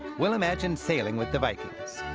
we'll imagine sailing with the vikings,